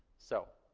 so.